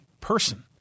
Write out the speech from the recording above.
person